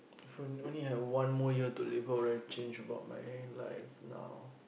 if you only had one more year to live now right change about my whole life now